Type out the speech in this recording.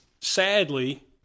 sadly